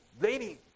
lady